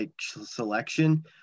selection